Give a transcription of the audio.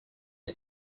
are